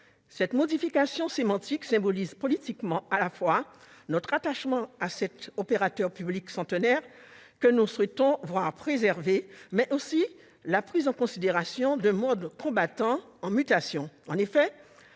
Cette modification sémantique symbolise politiquement non seulement notre attachement à cet opérateur public centenaire, que nous souhaitons voir préserver, mais aussi la prise en considération d'un monde combattant en mutation.